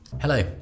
Hello